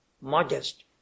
modest